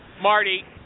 Marty